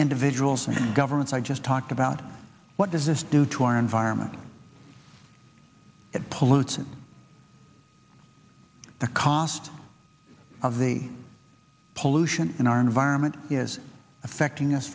individuals and governments i just talked about what does this do to our environment that pollutant the cost of the pollution in our environment is affecting us